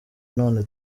none